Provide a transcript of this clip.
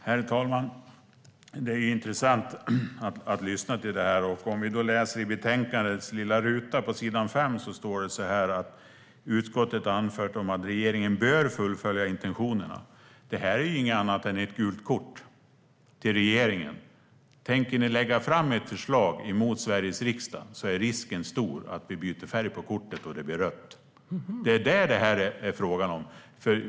Herr talman! Det är intressant att lyssna till detta. I betänkandets lilla ruta på s. 5 står det att "utskottet anfört om att regeringen bör fullfölja intentionerna". Det är inget annat än gult kort till regeringen. Om regeringen tänker lägga fram ett förslag som går emot Sveriges riksdag är risken stor att kortet byter färg till rött. Det är vad det här är fråga om.